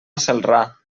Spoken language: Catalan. celrà